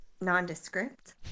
nondescript